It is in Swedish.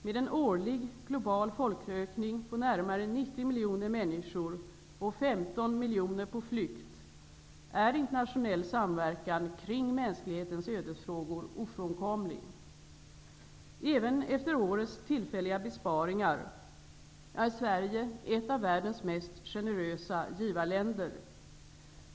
Med en årlig global folkökning på närmare 90 miljoner människor och 15 miljoner på flykt är internationell samverkan kring mänsklighetens ödesfrågor ofrånkomlig. Även efter årets tillfälliga besparingar är Sverige ett av världens mest generösa givarländer.